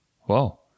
whoa